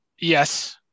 yes